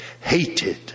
Hated